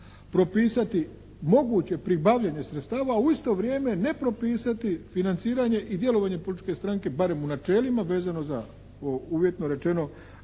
propisati moguće pribavljanje sredstava, u isto vrijeme ne propisati financiranje i djelovanje političke stranke barem u načelima, vezano za uvjetno rečeno,